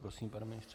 Prosím, pane ministře.